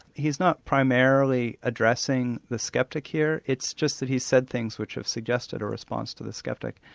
he's not primarily addressing the sceptic here it's just that he's said things which have suggested or response to the sceptic.